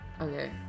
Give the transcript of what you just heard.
Okay